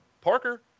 Parker